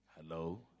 Hello